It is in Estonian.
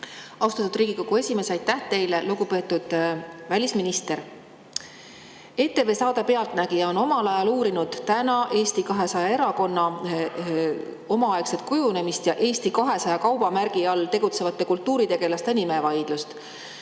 Austatud Riigikogu esimees, aitäh teile! Lugupeetud välisminister! ETV saade "Pealtnägija" on omal ajal uurinud Eesti 200 erakonna kujunemist ja Eesti 200 kaubamärgi all tegutsevate kultuuritegelaste nimevaidlust.